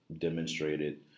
demonstrated